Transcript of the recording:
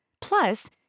Plus